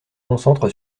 concentre